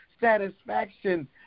satisfaction